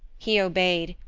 he obeyed,